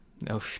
no